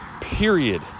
period